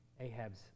Ahab's